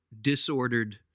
disordered